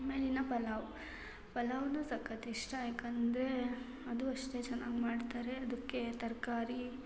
ಆಮೇಲೆ ಇನ್ನು ಪಲಾವ್ ಪಲಾವ್ನೂ ಸಖತ್ತು ಇಷ್ಟ ಯಾಕಂದರೆ ಅದೂ ಅಷ್ಟೇ ಚೆನ್ನಾಗಿ ಮಾಡ್ತಾರೆ ಅದಕ್ಕೆ ತರಕಾರಿ